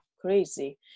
crazy